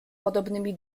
podobnymi